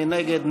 מי נגד?